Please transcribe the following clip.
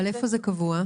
אבל איפה זה קבוע?